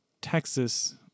Texas